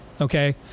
okay